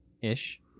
ish